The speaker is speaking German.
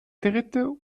dritte